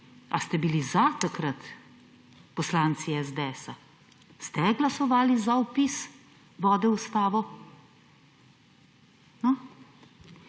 Ali ste bili za takrat, poslanci SDS? Ste glasovali za vpis vode v Ustavo? No?